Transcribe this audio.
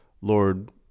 Lord